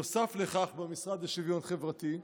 נוסף לכך, במשרד לשוויון חברתי,